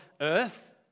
earth